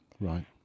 Right